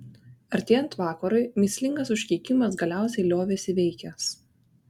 artėjant vakarui mįslingas užkeikimas galiausiai liovėsi veikęs